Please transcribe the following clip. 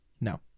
No